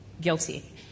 Guilty